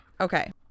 okay